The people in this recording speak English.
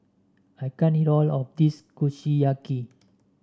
I can't eat all of this Kushiyaki